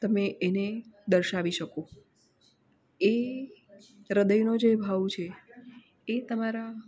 તમે એને દર્શાવી શકો એ હ્રદયનો જે ભાવ છે એ તમારા